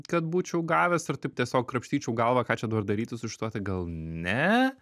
kad būčiau gavęs ir taip tiesiog krapštyčiau galvą ką čia dabar daryti su šituo tai gal ne